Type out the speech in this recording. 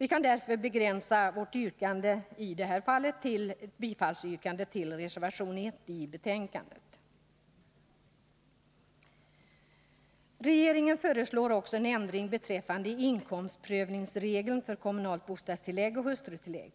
Vi kan därför begränsa oss till ett yrkande om bifall till denna reservation. Regeringen föreslår också en ändring beträffande inkomstprövningsregeln för kommunalt bostadstillägg och hustrutillägg.